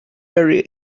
very